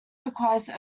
requires